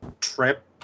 trip